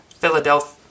Philadelphia